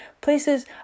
places